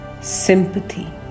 sympathy